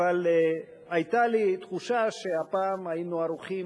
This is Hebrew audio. אבל היתה לי תחושה שהפעם היינו ערוכים